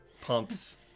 pumps